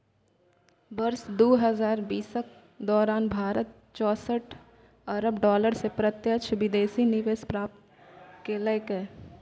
वर्ष दू हजार बीसक दौरान भारत चौंसठ अरब डॉलर के प्रत्यक्ष विदेशी निवेश प्राप्त केलकै